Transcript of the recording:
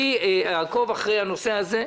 אני מבקש לקבל תשובות על כל השאלות שנשאלו פה,